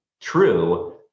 true